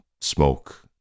smoke